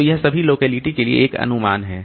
तो यह सभी लोकेलिटी के लिए एक अनुमान है